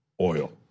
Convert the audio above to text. oil